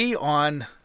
on